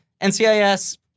NCIS